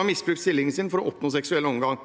ha misbrukt stillingen sin for å oppnå seksuell omgang.